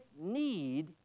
need